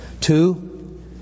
Two